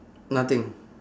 nothing